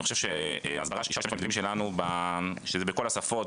אני חושב שאפשר להשתמש בהסברה שלנו שזה בכל השפות,